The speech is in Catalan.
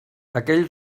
aquell